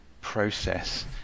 process